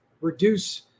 reduce